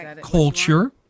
culture